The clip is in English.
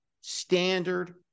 standard